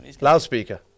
Loudspeaker